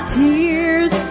tears